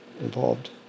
involved